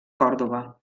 còrdova